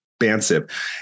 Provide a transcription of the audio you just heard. expansive